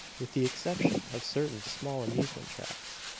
with the exception of certain small amusement tracts.